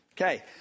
okay